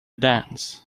dance